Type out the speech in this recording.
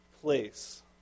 place